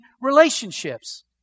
relationships